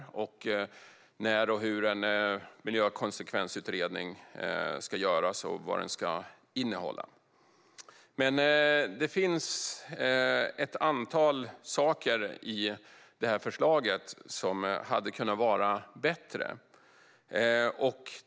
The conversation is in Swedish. Det handlar om när och hur en miljökonsekvensutredning ska göras och om vad den ska innehålla. Men det finns ett antal saker i förslaget som hade kunnat vara bättre.